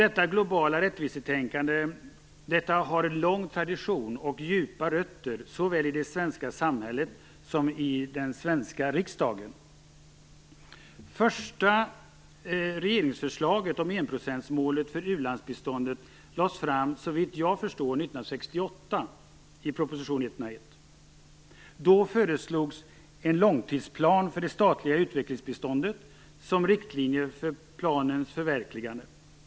Detta globala rättvisetänkande har en lång tradition och djupa rötter såväl i det svenska samhället som i den svenska riksdagen. Det första regeringsförslaget om enprocentsmålet för u-landsbiståndet lades såvitt jag förstår fram i proposition nr 101 år 1968. Då föreslogs en långtidsplan för det statliga utvecklingsbiståndet samt riktlinjer för planens förverkligande.